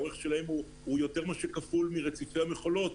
האורך שלהם הוא יותר מכפול מרציפי המכולות.